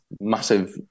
massive